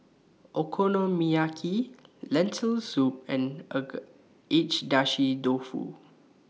Okonomiyaki Lentil Soup and Agedashi Dofu